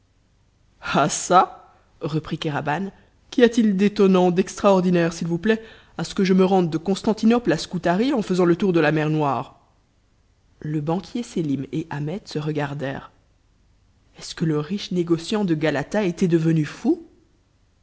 ah ça reprit kéraban qu'y a-t-il d'étonnant d'extraordinaire s'il vous plaît à ce que je me rende de constantinople à scutari en faisant le tour de la mer noire le banquier sélim et ahmet se regardèrent est-ce que le riche négociant de galata était devenu fou